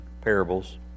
parables